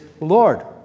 Lord